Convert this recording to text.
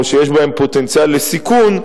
או שיש בהם פוטנציאל לסיכון,